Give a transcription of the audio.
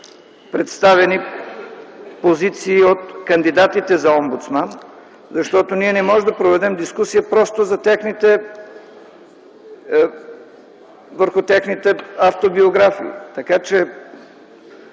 представени позиции от кандидатите за омбудсман, защото ние не можем да проведем дискусия просто върху техните автобиографии.